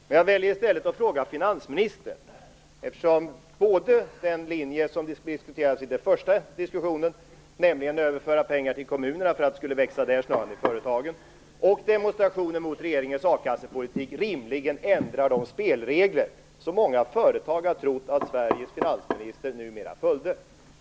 Men jag väljer att i stället fråga finansministern, eftersom både den linje som diskuterades nyss, nämligen att överföra pengar till kommunerna för att växa i företagen, och demonstrationen mot regeringens a-kassepolitik rimligen ändrar de spelregler som många företag har trott att Sveriges finansminister numera följde.